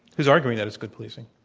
who's arguing that is good policing,